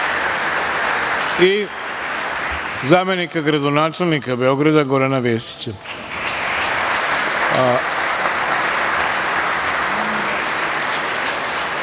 i zamenika gradonačelnika Beograda Gorana